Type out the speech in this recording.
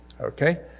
Okay